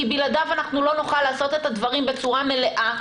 כי בלעדיו לא נוכל לעשות את הדברים בצורה מלאה.